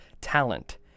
talent